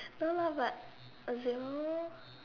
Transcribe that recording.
no lah but a zero